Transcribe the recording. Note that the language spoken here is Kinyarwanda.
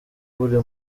buri